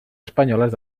espanyoles